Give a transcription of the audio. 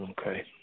Okay